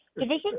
division